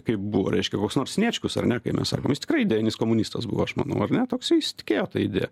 kaip buvo reiškia koks nors sniečkus ar ne kai mes sakom jis tikrai idėjinis komunistas buvo aš manau ar ne toksai jis tikėjo ta idėja